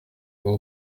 uwo